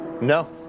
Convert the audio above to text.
No